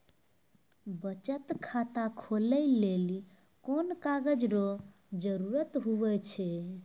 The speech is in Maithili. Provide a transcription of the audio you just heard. बचत खाता खोलै लेली कोन कागज रो जरुरत हुवै छै?